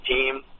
team